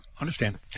Understand